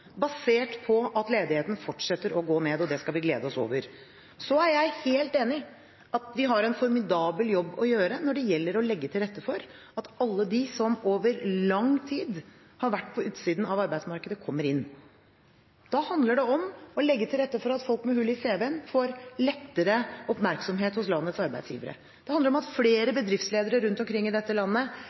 basert på at ledigheten fortsetter å gå ned, og det skal vi glede oss over. Så er jeg helt enig i at vi har en formidabel jobb å gjøre når det gjelder å legge til rette for at alle dem som over lang tid har vært på utsiden av arbeidsmarkedet, kommer inn. Da handler det om å legge til rette for at folk med hull i cv-en lettere får oppmerksomhet hos landets arbeidsgivere. Det handler om at flere bedriftsledere rundt omkring i dette landet